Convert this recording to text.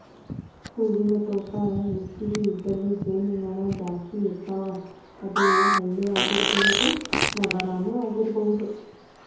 ಹೂವಿನ ತೋಟಾ ಹೆಚಗಿ ಇದ್ದಲ್ಲಿ ಜೇನು ನೊಣಾ ಜಾಸ್ತಿ ಇರ್ತಾವ, ಅದ ಹಳ್ಳಿ ಆಗಿರಬಹುದ ನಗರಾನು ಆಗಿರಬಹುದು